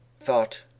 thought